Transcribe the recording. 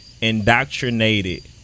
indoctrinated